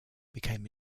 became